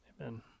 Amen